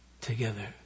together